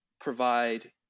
provide